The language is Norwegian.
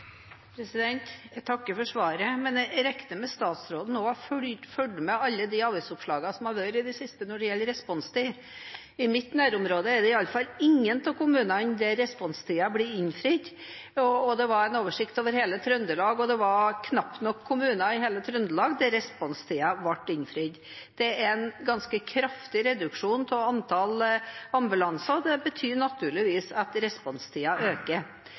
Jeg takker for svaret. Jeg regner med at også statsråden har fulgt med på alle avisoppslagene som har vært i det siste når det gjelder responstid. I mitt nærområde er det iallfall ingen av kommunene der responstiden blir innfridd. Det var en oversikt over hele Trøndelag, og det var knapt nok kommuner i hele Trøndelag der responstiden ble innfridd. Det er en ganske kraftig reduksjon av antall ambulanser, og det betyr naturligvis at responstiden øker.